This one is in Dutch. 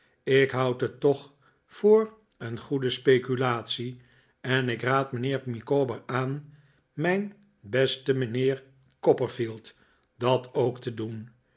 ik houd het toch voor een goede speculatie en ik raad mijnheer micawber aan mijn beste mijnheer copperfield dat ook te doen